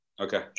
Okay